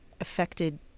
affected